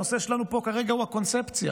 הנושא שלנו פה כרגע הוא הקונספציה,